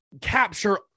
capture